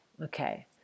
okay